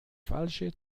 falsche